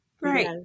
Right